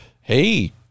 hey